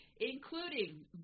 including